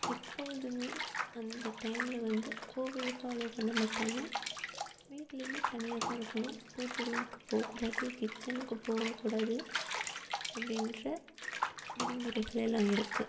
எப்பொழுதுமே அந்த டைமில் வந்து கோவிலுக்கு அலோ பண்ண மாட்டாங்க வீட்லேயுமே தனியாக தான் இருக்கணும் பூஜை ரூம்க்கு போக்கூடாது கிச்சனுக்கு போகக்கூடாது அப்படின்ற விதிமுறைகள் எல்லாம் இருக்குது